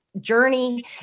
journey